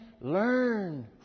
Learn